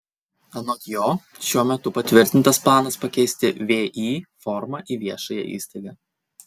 anot jo šiuo metu patvirtintas planas pakeisti vį formą į viešąją įstaigą